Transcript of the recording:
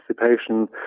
participation